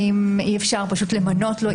האם אי אפשר פשוט למנות לו,